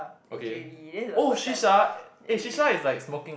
okay oh shisha eh shisha is like smoking